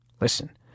Listen